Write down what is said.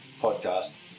podcast